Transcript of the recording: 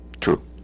True